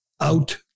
out